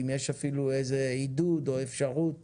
ואם יש אפילו איזה עידוד או אפשרות